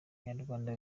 abanyarwanda